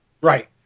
Right